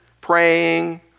praying